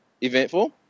eventful